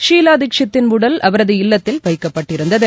ஷீலா தீக்ஷித்தின் உடல் அவரது இல்லத்தில் வைக்கப்பட்டிருந்தது